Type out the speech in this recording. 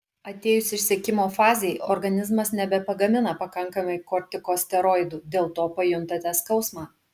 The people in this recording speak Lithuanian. atėjus išsekimo fazei organizmas nebepagamina pakankamai kortikosteroidų dėl to pajuntate skausmą